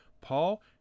Paul